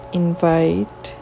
invite